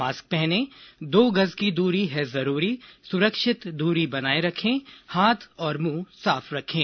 mask पहनें दो गज की दूरी है जरूरी सुरक्षित दूरी बनाए रखें हाथ और मुंह साफ रखें